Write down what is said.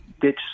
ditch